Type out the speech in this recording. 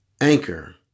Anchor